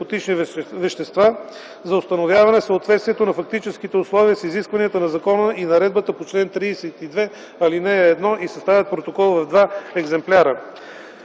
за установяване съответствието на фактическите условия с изискванията на закона и наредбата по чл. 32, ал. 1 и съставят протокол в два екземпляра.